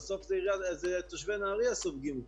ובסוף תושבי נהריה סופגים אותם,